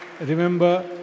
Remember